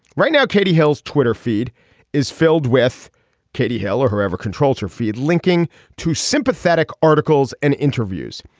right now katie hill's twitter feed is filled with katie hill or whoever controls her feed linking to sympathetic articles and interviews.